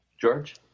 George